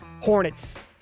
Hornets